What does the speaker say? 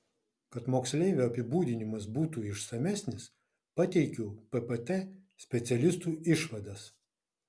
kad moksleivio apibūdinimas būtų išsamesnis pateikiu ppt specialistų išvadas